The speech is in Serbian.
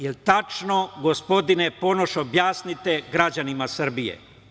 Jel tačno, gospodine Ponoš, objasnite građanima Srbije?